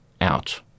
out